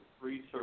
research